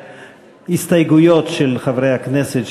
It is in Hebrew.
להסתייגויות של חברי הכנסת,